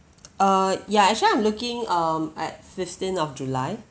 err yeah actually I'm looking um at fifteen of july